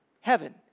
heaven